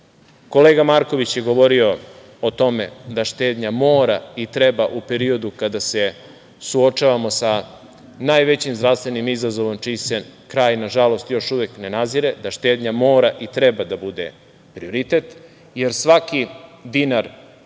temama. Kolega Marković je govorio o tome da štednja mora i treba, u periodu kada se suočavamo sa najvećim zdravstvenim izazovom čiji se kraj nažalost još uvek ne nazire, da štednja mora i treba da bude prioritet, jer svaki dinar treba